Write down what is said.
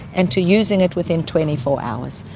and to using it within twenty four hours.